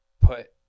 put